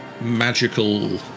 magical